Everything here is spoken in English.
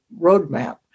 roadmap